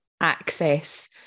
access